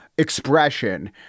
expression